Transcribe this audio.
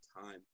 time